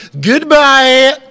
Goodbye